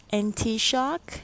anti-shock